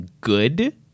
good